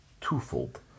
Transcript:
twofold